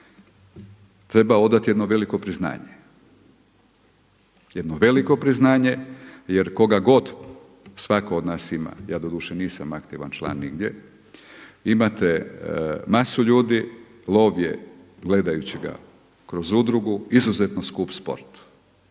treba odati jedno veliko priznanje, jedno veliko priznanje jer koga god svatko od nas ima. Ja doduše nisam aktivan član nigdje, imate masu ljudi. Lov je gledajući ga kroz udrugu izuzetno skup sport